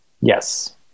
yes